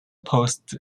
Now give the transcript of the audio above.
post